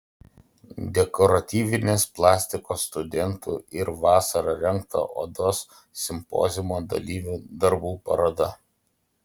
dekoratyvinės plastikos studentų ir vasarą rengto odos simpoziumo dalyvių darbų paroda